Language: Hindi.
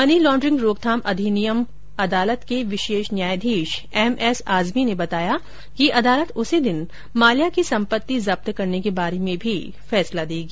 मनीलॉड्रिंग रोकथाम अधिनियम अदालत के विशेष न्यायाधीश एम एस आज़मी ने बताया कि अदालत उसी दिन माल्या की संपत्ति जब्त करने के बारे में भी फैसला देगी